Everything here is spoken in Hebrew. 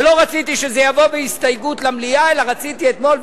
ולא רציתי שזה יבוא בהסתייגות למליאה אלא רציתי אתמול,